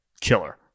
killer